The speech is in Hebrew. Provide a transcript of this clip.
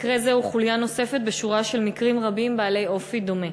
מקרה זה הוא חוליה נוספת בשורה של מקרים רבים בעלי אופי דומה.